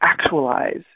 actualize